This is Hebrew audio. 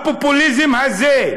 הפופוליזם הזה,